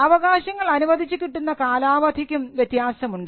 അവകാശങ്ങൾ അനുവദിച്ചു കിട്ടുന്ന കാലാവധിക്കു വ്യത്യാസമുണ്ട്